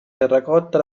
terracotta